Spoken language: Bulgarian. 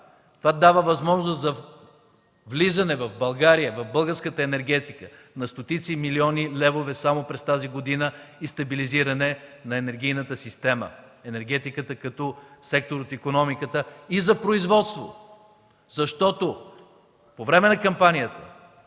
То дава възможност за влизане в България, в българската енергетика на стотици милиони левове само през тази година и стабилизиране на енергийната система, на енергетиката, като сектор от икономиката, и за производство. По време на кампанията